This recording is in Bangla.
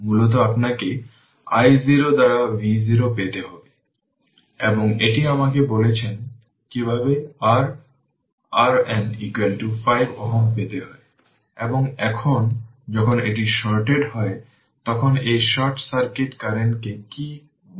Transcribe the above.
সুতরাং সেখানে সবকিছু দেওয়া আছে তাই আমি যদি সুইচটি ক্লোজ করার সময় সার্কিটের দিকে তাকাই তবে এটি ইকুইভ্যালেন্ট সার্কিট যা আমি এখানে করেছি